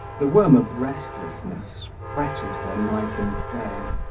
the worm of restlessness fretted her night and day.